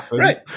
right